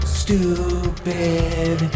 stupid